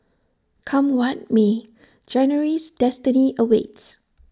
come what may January's destiny awaits